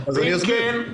ואם כן,